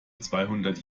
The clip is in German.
zweihundert